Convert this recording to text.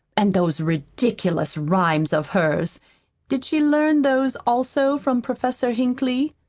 and those ridiculous rhymes of hers did she learn those, also, from professor hinkley?